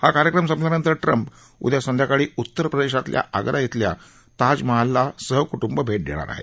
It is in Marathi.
हा कार्यक्रम संपल्यानंतर ट्रम्प उद्या संध्याकाळी उत्तरप्रदेशात आग्रा इथल्या ताजमहालला सहकुटुंब भेट देणार आहेत